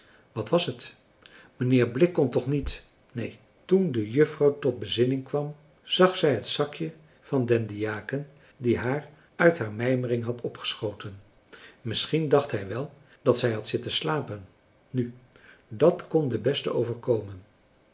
wat was het mijnheer blik kon toch niet neen toen de juffrouw tot bezinning kwam zag zij het zakje van den diaken die haar uit haar mijmering had opgestooten misschien dacht hij wel dat zij had zitten slapen nu dat kon den beste overkomen